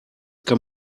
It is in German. kann